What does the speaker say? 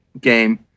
game